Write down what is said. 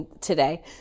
today